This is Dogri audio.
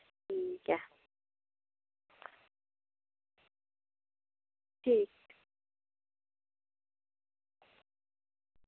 ठीक ऐ ठीक